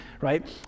right